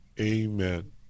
Amen